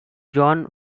john